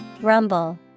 Rumble